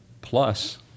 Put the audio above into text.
plus